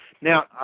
Now